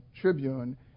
Tribune